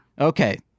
Okay